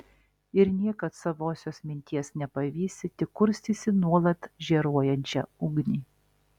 ir niekad savosios minties nepavysi tik kurstysi nuolat žėruojančią ugnį